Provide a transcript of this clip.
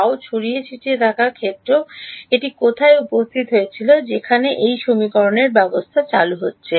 Γ ছড়িয়ে ছিটিয়ে থাকা ক্ষেত্রে এটি কোথায় উপস্থিত হয়েছিল যেখানে এটি সমীকরণের ব্যবস্থায় চালু হচ্ছে